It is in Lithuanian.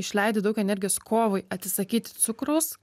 išleidi daug energijos kovai atsisakyti cukraus